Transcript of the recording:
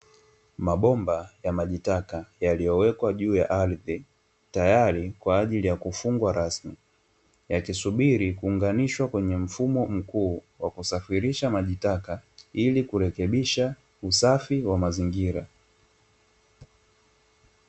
Mabomba ya maji taka yaliyowekwa juu ya ardhi, tayari kwa ajili ya kufungwa rasmi, yakisubiri kuunganishwa kwenye mfumo mkuu wa kusafirisha maji taka, ili kurahisisha usafi wa mazingira .